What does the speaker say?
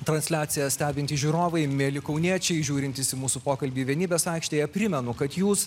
transliaciją stebintys žiūrovai mieli kauniečiai žiūrintys į mūsų pokalbį vienybės aikštėje primenu kad jūs